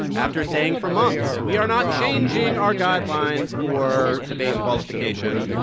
after saying for months, we are not changing our guidelines for debate qualification,